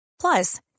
Plus